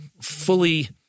fully